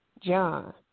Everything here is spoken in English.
John